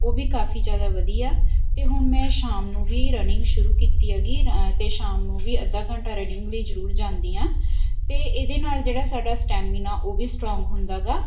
ਉਹ ਵੀ ਕਾਫੀ ਜ਼ਿਆਦਾ ਵਧੀ ਆ ਅਤੇ ਹੁਣ ਮੈਂ ਸ਼ਾਮ ਨੂੰ ਵੀ ਰਨਿੰਗ ਸ਼ੁਰੂ ਕੀਤੀ ਆਗੀ ਅਤੇ ਸ਼ਾਮ ਨੂੰ ਵੀ ਅੱਧਾ ਘੰਟਾ ਰਨਿੰਗ ਲਈ ਜ਼ਰੂਰ ਜਾਂਦੀ ਹਾਂ ਅਤੇ ਇਹਦੇ ਨਾਲ ਜਿਹੜਾ ਸਾਡਾ ਸਟੈਮਿਨਾ ਉਹ ਵੀ ਸਟਰੋਂਗ ਹੁੰਦਾ ਗਾ